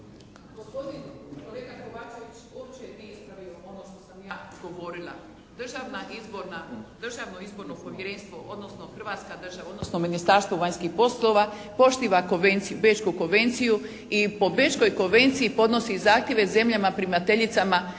… kolega Kovačević uopće nije ispravio ono što sam ja govorila. Državna izborana, Državno izborno povjerenstvo, odnosno Hrvatska država, odnosno Ministarstvo vanjskih poslova poštiva Bečku konvenciju i po Bečkoj konvenciji podnosi zahtjeve zemljama primateljicama